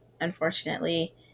unfortunately